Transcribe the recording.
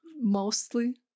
mostly